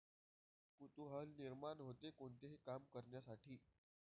कुतूहल निर्माण होते, कोणतेही काम करण्यासाठी